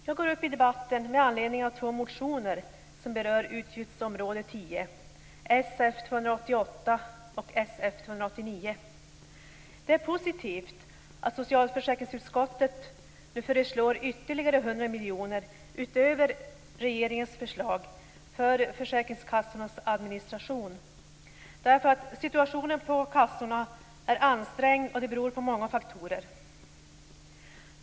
Jag går upp i debatten med anledning av två motioner som berör utgiftsområde 10, Sf288 och Sf289. Det är positivt att socialförsäkringsutskottet nu föreslår ytterligare 100 miljoner utöver regeringens förslag för försäkringskassornas administration. Situationen på kassorna är ansträngd beroende på många faktorer.